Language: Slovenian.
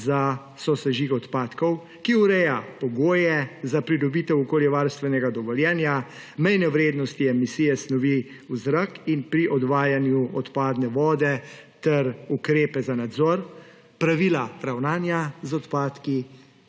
za sosežig odpadkov, ki ureja pogoje za pridobitev okoljevarstvenega dovoljenja, mejne vrednosti emisije snovi v zrak in pri odvajanju odpadne vode ter ukrepe za nadzor, pravila ravnanja z odpadki,